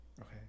Okay